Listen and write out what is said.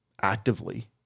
actively